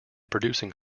producing